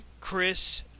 Chris